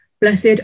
Blessed